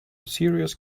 serious